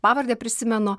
pavardę prisimenu